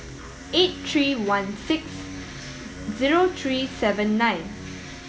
eight three one six zero three seven nine